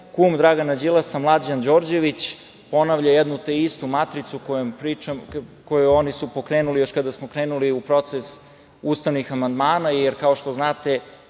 kum Dragana Đilasa, Mlađan Đorđević ponavlja jednu te istu matricu, koju su oni pokrenuli još kada smo krenuli u proces ustavnih amandmana, jer kao što znate,